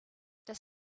this